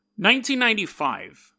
1995